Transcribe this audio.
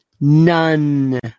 None